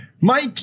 mike